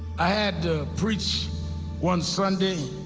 i had to preach one sunday,